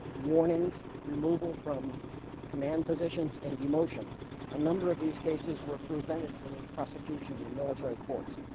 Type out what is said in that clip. warnings removal from command positions and demotion a number of these cases were presented for prosecution in military courts.